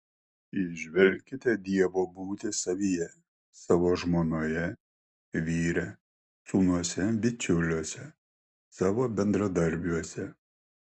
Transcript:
įžvelkite dievo būtį savyje savo žmonoje vyre sūnuose bičiuliuose savo bendradarbiuose